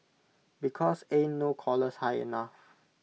because ain't no collars high enough